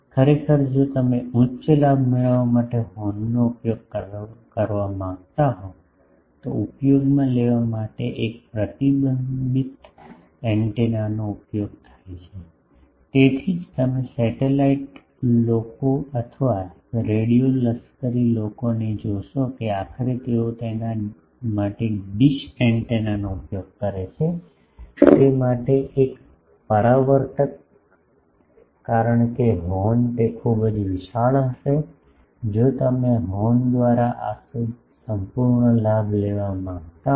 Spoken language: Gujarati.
ખરેખર જો તમે ઉચ્ચ લાભ મેળવવા માટે હોર્નનો ઉપયોગ કરવા માંગતા હો તો ઉપયોગમાં લેવા માટે એક પ્રતિબિંબીત એન્ટેનાનો ઉપયોગ થાય છે તેથી જ તમે સેટેલાઇટ લોકો અથવા રેડિયો લશ્કરી લોકોને જોશો કે આખરે તેઓ તેના માટે ડીશ એન્ટેનાનો ઉપયોગ કરે છે તે માટે આ પરાવર્તક કારણ કે હોર્ન તે ખૂબ જ વિશાળ હશે જો તમે હોર્ન દ્વારા આ સંપૂર્ણ લાભ મેળવવા માંગતા હો